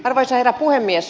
arvoisa herra puhemies